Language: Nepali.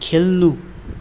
खेल्नु